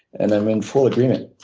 and i'm in full agreement.